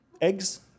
Eggs